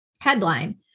Headline